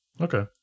Okay